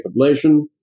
ablation